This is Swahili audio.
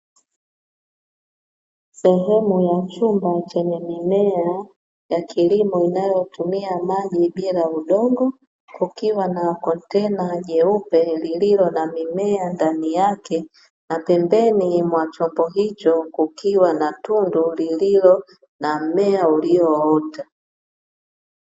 Sehemu ya chumba chenye mimea ya kilimo inayotumia maji bila ya udongo kukiwa na kontena jeupe lililo na mimea ndani yake, na pembeni mwa chombo hicho kukiwa na tundu lililo na mmea ulioota.